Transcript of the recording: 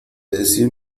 decir